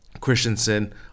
Christensen